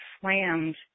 slammed